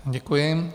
Děkuji.